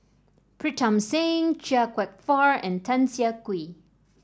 Pritam Singh Chia Kwek Fah and Tan Siah Kwee